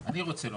אני רוצה לומר.